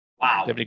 Wow